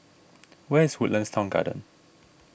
where is Woodlands Town Garden